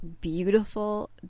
beautiful